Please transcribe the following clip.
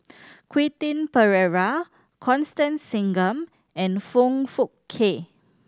Quentin Pereira Constance Singam and Foong Fook Kay